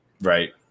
Right